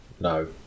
No